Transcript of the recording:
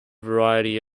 variety